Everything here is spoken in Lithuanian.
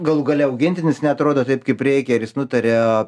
galų gale augintinis neatrodo taip kaip reikia ir jis nutaria